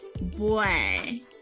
boy